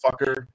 fucker